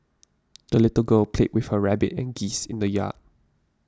the little girl played with her rabbit and geese in the yard